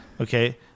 Okay